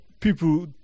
people